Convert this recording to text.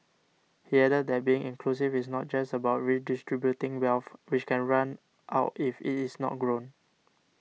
he added that being inclusive is not just about redistributing wealth which can run out if it is not grown